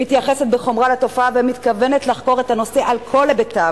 מתייחסת בחומרה לתופעה ומתכוונת לחקור את הנושא על כל היבטיו